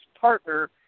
partner